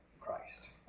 Christ